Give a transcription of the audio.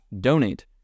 donate